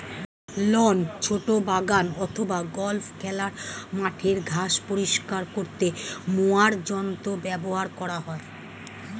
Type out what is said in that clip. loan, ছোট বাগান অথবা গল্ফ খেলার মাঠের ঘাস পরিষ্কার করতে মোয়ার যন্ত্র ব্যবহার করা হয়